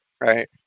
right